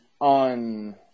on –